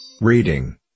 Reading